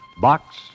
Box